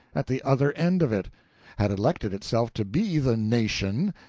at the other end of it had elected itself to be the nation,